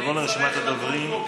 נראה לי, זה קריאה ראשונה.